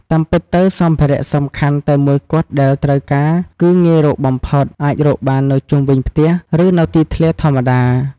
តាមពិតទៅ សម្ភារៈសំខាន់តែមួយគត់ដែលត្រូវការ គឺងាយរកបំផុត អាចរកបាននៅជុំវិញផ្ទះ ឬនៅទីធ្លាធម្មតា។